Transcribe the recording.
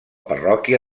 parròquia